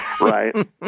right